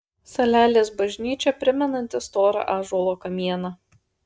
salelės bažnyčia primenanti storą ąžuolo kamieną